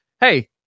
hey